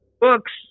books